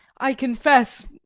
i confess,